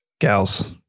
gals